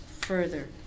further